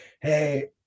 hey